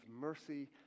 mercy